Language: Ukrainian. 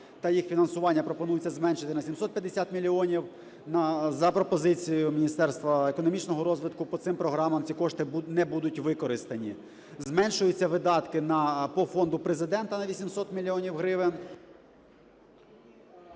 та їх фінансування пропонується зменшити на 750 мільйонів за пропозицією Міністерства економічного розвитку по цим програмам ці кошти не будуть використані. Зменшуються видатки по фонду Президента на 800 мільйонів